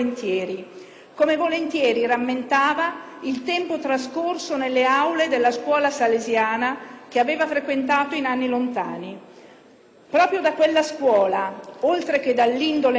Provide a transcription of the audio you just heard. come volentieri rammentava il tempo trascorso nelle aule della scuola salesiana, che aveva frequentato in anni lontani. Proprio da quella scuola, oltre che dall'indole naturale,